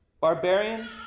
barbarian